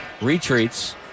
Retreats